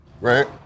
right